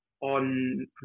on